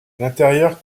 l’intérieur